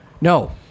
no